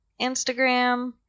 Instagram